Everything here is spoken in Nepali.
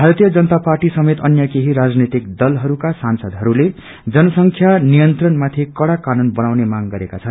भारतीय जनाता पार्टी समेत अन्या ेकेही राजनैतिक दलहस्को सांसदहस्ते जनसंख्या नियंत्रणमाथि कड़ा कानून बनाउने मांग गरेको छन्